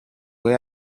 với